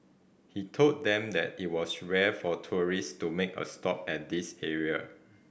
he told them that it was rare for tourist to make a stop at this area